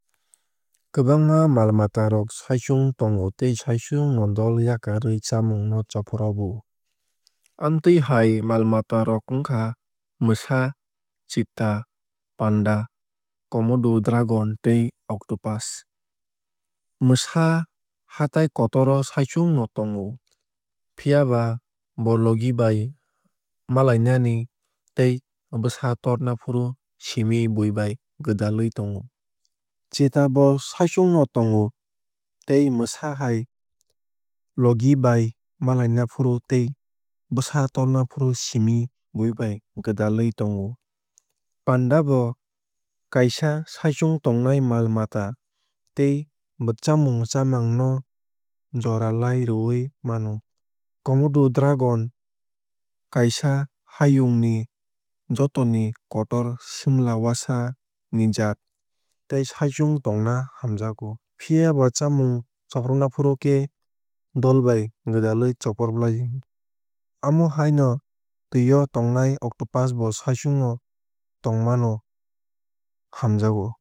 Kwbangma mal mata rok saichung tongo tei saichung no dol yakarwui chamung no choprobo. Amtwui hai mal mata rok wngkha mwsa chita panda komodo dragon tei octopus. Mwsa hatai kotor o saichung no tongo. Phiaba bo logi bai malainani tei bswsa tornafru simi buibai gwdalwui tongo. Chita bo saichung no tongo tei mwsa hai logi bai malainafru tei bwsa tornafru simi buibai gwdalwui tongo. Panda bo kaisa saichung tongnai mal mata tei bo chamung chamang no jora lairwui mano. Komodo dragon kaisa hayung ni jotoni kotor simlawasa ni jaat tei saichung tongna hamjago. Phiaba chamung chopraopnafru khe dolbai gwdalwui chaproplai o. Amohai no twio o tongnai octopus bo saichung tongmano hamjago.